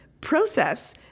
process